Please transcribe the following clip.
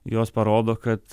jos parodo kad